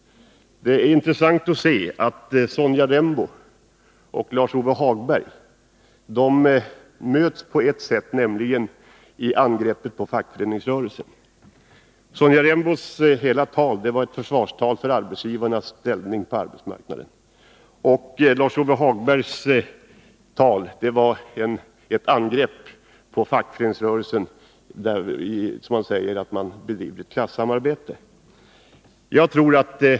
Det är intressant att kunna konstatera att Sonja Rembo och Lars-Ove Hagberg möts i angreppet på fackföreningsrörelsen. Sonja Rembos hela tal var ett försvarstal för arbetsgivarnas ställning på arbetsmarknaden. Lars-Ove Hagbergs tal var ett angrepp på fackföreningsrörelsen, som han säger bedriver klassamarbete.